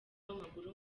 w’amaguru